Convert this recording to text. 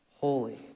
holy